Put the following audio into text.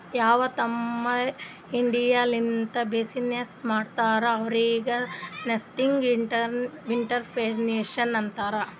ಯಾರು ತಮ್ದು ಐಡಿಯಾ ಲಿಂತ ಬಿಸಿನ್ನೆಸ್ ಮಾಡ್ತಾರ ಅವ್ರಿಗ ನಸ್ಕೆಂಟ್ಇಂಟರಪ್ರೆನರ್ಶಿಪ್ ಅಂತಾರ್